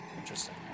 Interesting